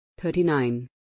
Thirty-nine